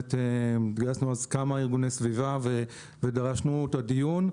ובאמת גייסנו אז כמה ארגוני סביבה ודרשנו את הדיון.